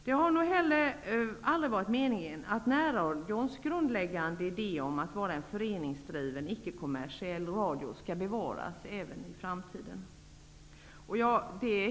Det har nog inte heller varit meningen att närradions grundläggande idé att vara en föreningsdriven icke-kommersiell radio skulle bevaras även i framtiden.